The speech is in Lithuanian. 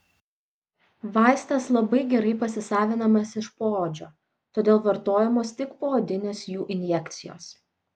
vaistas labai gerai pasisavinamas iš poodžio todėl vartojamos tik poodinės jų injekcijos